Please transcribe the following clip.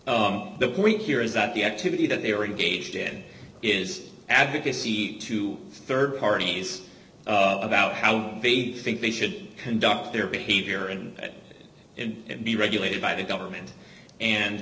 one the point here is that the activity that they are engaged in is advocacy to rd parties about how they think they should conduct their behavior in and be regulated by the government and